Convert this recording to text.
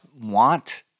want